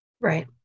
right